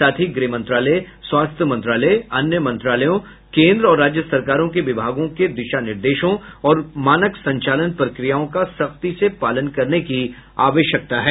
साथ ही गृह मंत्रालय स्वास्थ्य मंत्रालय अन्य मंत्रालयों केन्द्र और राज्य सरकारों के विभागों के दिशा निर्देशों और मानक संचालन प्रक्रियाओं का सख्ती से पालन करने की आवश्यकता है